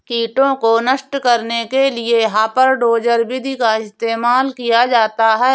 कीटों को नष्ट करने के लिए हापर डोजर विधि का इस्तेमाल किया जाता है